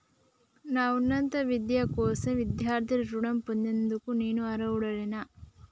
నా ఉన్నత విద్య కోసం విద్యార్థి రుణం పొందేందుకు నేను అర్హుడినేనా?